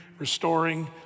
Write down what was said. restoring